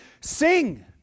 sing